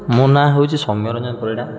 ମୋ ନାଁ ହେଉଛି ସୋମ୍ୟରଞ୍ଜନ ପରିଡ଼ା